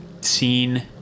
scene